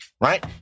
right